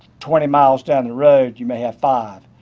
twenty miles down the road you might have five.